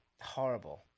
Horrible